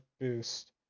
boost